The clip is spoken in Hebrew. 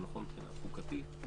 זה נכון מבחינה חוקתית.